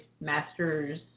Masters